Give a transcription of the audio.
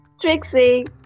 Trixie